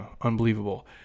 unbelievable